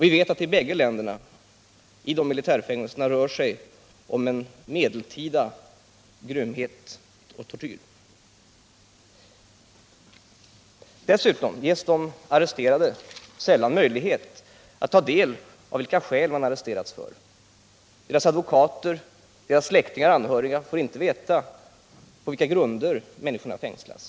Vi vet att det i båda ländernas militärfängelser rör sig om medeltida grymhet och tortyr. Dessutom ges de arresterade sällan möjlighet att ta del av skälen till arresteringen. Deras advokater, släktingar och anhöriga får inte heller veta på vilka grunder människorna fängslats.